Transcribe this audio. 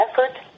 effort